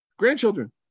grandchildren